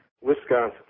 Wisconsin